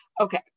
Okay